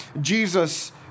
Jesus